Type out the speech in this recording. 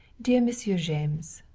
dear monsieur james